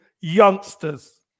youngsters